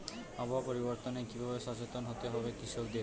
আবহাওয়া পরিবর্তনের কি ভাবে সচেতন হতে হবে কৃষকদের?